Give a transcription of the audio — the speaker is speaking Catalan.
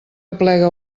aplega